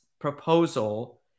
proposal